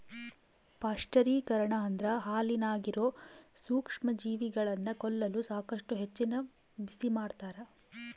ಪಾಶ್ಚರೀಕರಣ ಅಂದ್ರ ಹಾಲಿನಾಗಿರೋ ಸೂಕ್ಷ್ಮಜೀವಿಗಳನ್ನ ಕೊಲ್ಲಲು ಸಾಕಷ್ಟು ಹೆಚ್ಚಿನ ಬಿಸಿಮಾಡ್ತಾರ